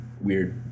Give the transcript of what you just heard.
weird